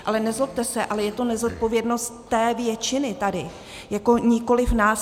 Ale nezlobte se, je to nezodpovědnost té většiny tady, nikoliv nás.